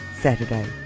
Saturday